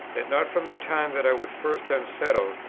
that not from the time that i was first unsettled,